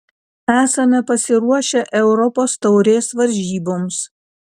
esame pasiruošę europos taurės varžyboms